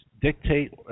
dictate